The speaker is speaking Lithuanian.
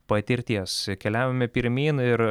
patirties keliaujame pirmyn ir